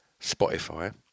spotify